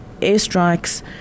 airstrikes